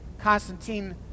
Constantine